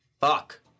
fuck